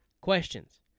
questions